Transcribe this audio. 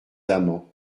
amants